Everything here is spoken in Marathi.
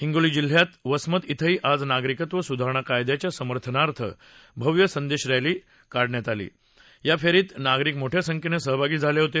हिंगोली जिल्ह्यात वसमत इथंही आज नागरिकत्व स्धारणा कायद्याच्या समर्थनार्थ भव्य संदेश फेरी काढण्यात आली या फेरीत नागरिक मोठ्या संख्येने सहभागी झाले होते